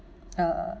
uh